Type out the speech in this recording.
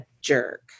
jerk